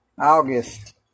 August